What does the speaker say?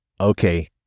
okay